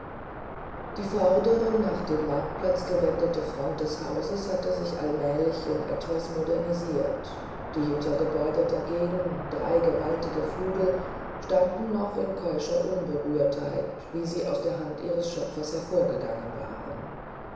die vordere nach dem marktplatz gewendete front des hauses hatte sich allmählich in etwas modernisiert die hintergebäude dagegen drei gewaltige flügel standen noch in keuscher unberührtheit wie sie aus der hand ihres schöpfers hervorgegangen waren